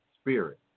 spirit